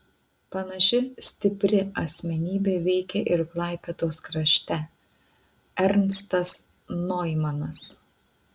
panaši stipri asmenybė veikė ir klaipėdos krašte ernstas noimanas